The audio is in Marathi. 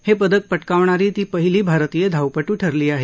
हे पदक पटकावणारी ती पहिली भारतीय धावपटू ठरली आहे